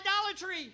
idolatry